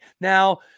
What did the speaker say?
Now